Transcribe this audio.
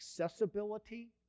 accessibility